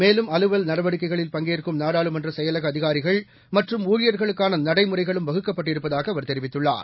மேலும் அலுவல் நடவடிக்கைகளில் பங்கேற்கும் நாடாளுமன்ற செயலக அதிகாரிகள் மற்றும் ஊழியர்களுக்கான நடைமுறைகளும் வகுக்கப்பட்டிருப்பதாக அவர் தெரிவித்துள்ளார்